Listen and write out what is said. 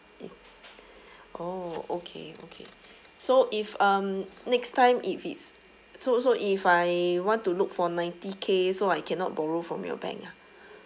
is oh okay so if um next time it it's so so if I want to look for ninety K so I cannot borrow from your bank ah